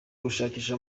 gushakisha